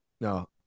No